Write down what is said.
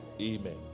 Amen